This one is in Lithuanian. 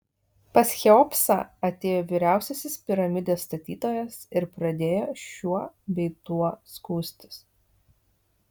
pas cheopsą atėjo vyriausiasis piramidės statytojas ir pradėjo šiuo bei tuo skųstis